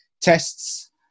tests